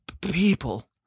people